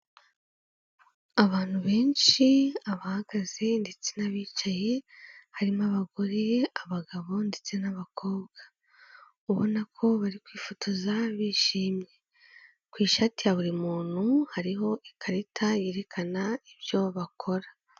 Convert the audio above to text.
Abantu benshi abahagaze ndetse n'abicaye harimo abagore, abagabo ndetse n'abakobwa. Ubona ko bari kwifotoza bishimye. Ku ishati ya buri muntu hariho ikarita yerekana ibyo bakora.